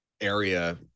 area